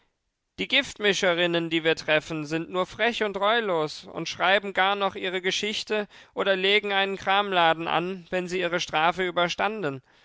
die giftmischerinnen die wir treffen sind nur frech und reulos und schreiben gar noch ihre geschichte oder legen einen kramladen an wenn sie ihre strafe überstanden